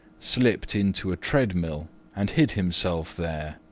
slipped into a treadmill and hid himself there.